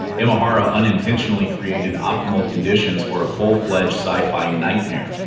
imahara unintentionally created optimal conditions for a full-fledged sci-fi nightmare.